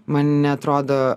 man neatrodo